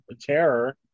terror